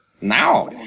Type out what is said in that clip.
Now